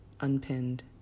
unpinned